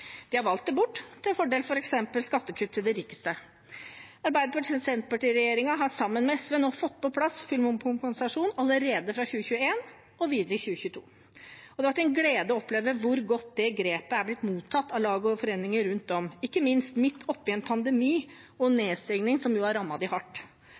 bort til fordel for f.eks. skattekutt til de rikeste. Arbeiderparti–Senterparti-regjeringen har sammen med SV nå fått på plass full momskompensasjon allerede fra 2021 og videre i 2022. Det har vært en glede å oppleve hvor godt det grepet er blitt mottatt av lag og foreninger rundt om, ikke minst midt oppe i en pandemi og nedstengning som har rammet dem hardt.